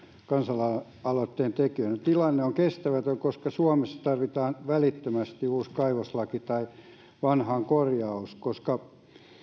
kansalaisaloitteen tekijöille tilanne on kestämätön koska suomessa tarvitaan välittömästi uusi kaivoslaki tai vanhaan korjaus koska